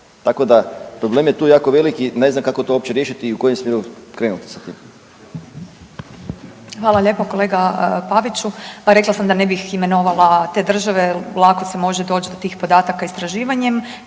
Tako da problem je tu jako veliki, ne znam kako to uopće riješiti i u kojem smjeru krenuti sa tim. **Petir, Marijana (Nezavisni)** Hvala lijepa kolega Paviću, pa rekla sam da ne bih imenovala te države, lako se može doći do tih podataka istraživanjem